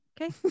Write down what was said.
Okay